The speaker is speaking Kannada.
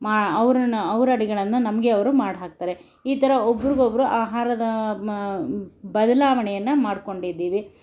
ಮಾ ಅವ್ರನ್ನ ಅವರ ಅಡುಗೆಗಳನ್ನ ನಮಗೆ ಅವರು ಮಾಡಿ ಹಾಕ್ತಾರೆ ಈ ಥರ ಒಬ್ಬರಿಗೊಬ್ರು ಆಹಾರಗ ಮ ಬದಲಾವಣೆಯನ್ನು ಮಾಡ್ಕೊಂಡಿದ್ದೀವಿ